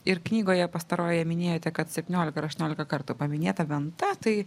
ir knygoje pastarojoje minėjote kad septyniolika ar aštuoniolika kartų paminėta venta tai